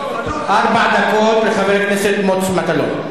ארבע דקות לחבר הכנסת מוץ מטלון.